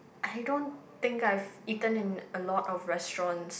I don't think I've eaten in a lot of restaurants